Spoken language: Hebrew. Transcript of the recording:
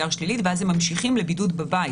שלילית ואז הם ממשיכים לבידוד בבית.